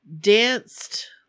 danced